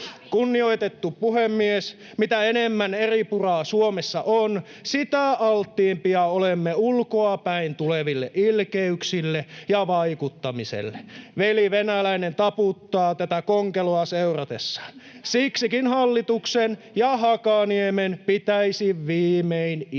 Kunnioitettu puhemies! Mitä enemmän eripuraa Suomessa on, sitä alttiimpia olemme ulkoapäin tuleville ilkeyksille ja vaikuttamiselle. Veli venäläinen taputtaa tätä konkeloa seuratessaan. Siksikin hallituksen ja Hakaniemen pitäisi viimein istua